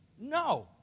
No